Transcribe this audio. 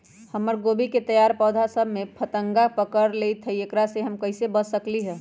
हमर गोभी के तैयार पौधा सब में फतंगा पकड़ लेई थई एकरा से हम कईसे बच सकली है?